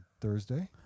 Thursday